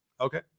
Okay